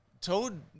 toad